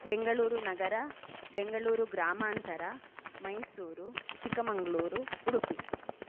बेङ्गळुरुनगरम् बेङ्गळूरुग्रामान्तरम् मैसूरु चिक्कमगळूरु उडुपि